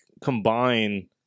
combine